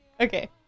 Okay